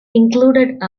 included